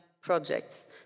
projects